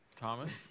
Thomas